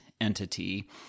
entity